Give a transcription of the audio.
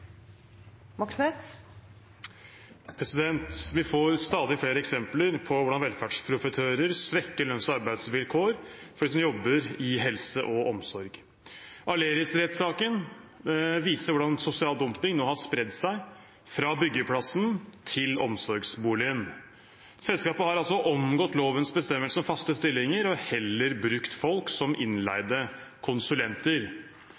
hovedspørsmål. Vi får stadig flere eksempler på hvordan velferdsprofitører svekker lønns- og arbeidsvilkår for dem som jobber innenfor helse og omsorg. Aleris-rettssaken viser hvordan sosial dumping nå har spredd seg fra byggeplassen til omsorgsboligen. Selskapet har altså omgått lovens bestemmelse om faste stillinger og heller brukt folk som innleide konsulenter. Dermed har selskapet spart utgifter til